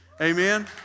Amen